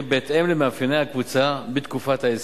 בהתאם למאפייני הקבוצה בתקופת ההסכם.